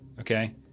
okay